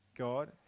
God